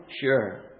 sure